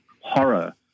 horror